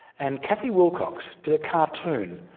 and cathy wilcox did a cartoon,